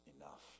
enough